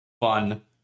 fun